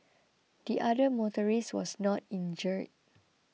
the other motorist was not injured